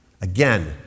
Again